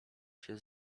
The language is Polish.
się